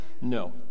No